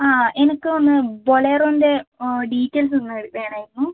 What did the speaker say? ആ എനക്ക് ഒന്ന് ബൊലേറോൻ്റെ ഡീറ്റെയിൽസ് ഒന്ന് വേണമായിരുന്നു